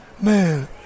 man